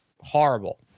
Horrible